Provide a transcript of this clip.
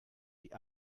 die